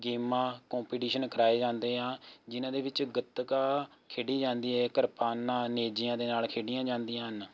ਗੇਮਾਂ ਕੋਂਪੀਟੀਸ਼ਨ ਕਰਵਾਏ ਜਾਂਦੇ ਆ ਜਿਹਨਾਂ ਦੇ ਵਿੱਚ ਗੱਤਕਾ ਖੇਡੀ ਜਾਂਦੀ ਹੈ ਕਿਰਪਾਨਾਂ ਨੇਜਿਆਂ ਦੇ ਨਾਲ ਖੇਡੀਆਂ ਜਾਂਦੀਆਂ ਹਨ